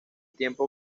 tiempo